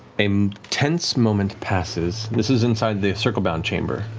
a tense moment passes. this is inside the circlebound chamber,